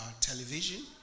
television